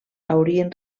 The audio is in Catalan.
haurien